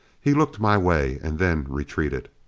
he looked my way and then retreated.